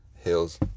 hills